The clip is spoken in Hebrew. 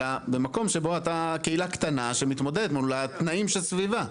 אלא במקום שבו אתה קהילה קטנה שמתמודדת מול התנאים שסביבה.